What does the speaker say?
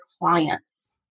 clients